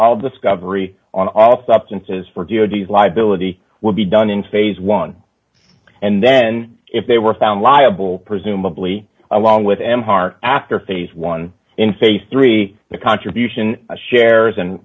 all discovery on all substances for d o g s liability would be done in phase one and then if they were found liable presumably along with m heart after phase one in phase three the contribution shares